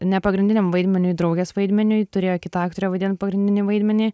ne pagrindiniam vaidmeniui draugės vaidmeniui turėjo kita aktorė vaidint pagrindinį vaidmenį